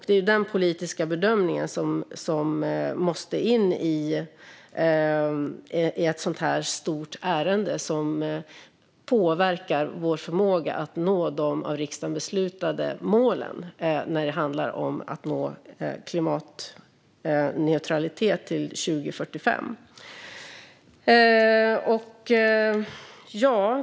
Det är denna politiska bedömning som måste in i ett sådant här stort ärende, som påverkar vår förmåga att nå de av riksdagen beslutade målen när det handlar om att nå klimatneutralitet till 2045.